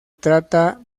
trata